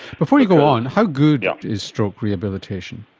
before you go on, how good ah is stroke rehabilitation?